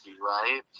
right